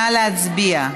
נא להצביע.